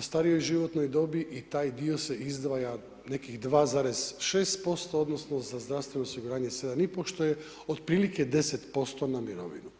starijoj životnoj dobi i taj dio se izdvaja nekih 2,6%, odnosno za zdravstveno osiguranje 7 i pol, što je otprilike 10% na mirovinu.